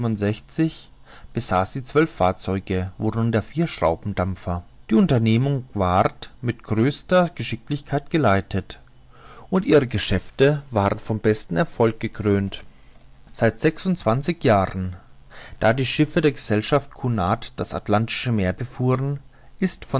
sie zwölf fahrzeuge worunter vier schraubendampfer die unternehmung ward mit größter geschicklichkeit geleitet und ihre geschäfte waren vom besten erfolg gekrönt seit sechsundzwanzig jahren da die schiffe der gesellschaft cunard das atlantische meer befuhren ist